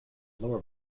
lower